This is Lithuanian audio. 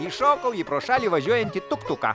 įšokau į pro šalį važiuojantį tortuką